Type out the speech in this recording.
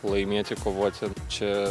laimėti kovoti čia